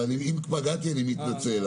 אם פגעתי, אני מתנצל.